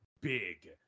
big